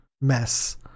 mess